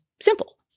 simple